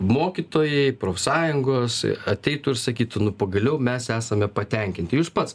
mokytojai profsąjungos ateitų ir sakytų nu pagaliau mes esame patenkinti jūs pats